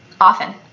Often